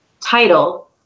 title